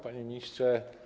Panie Ministrze!